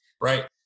right